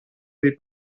dei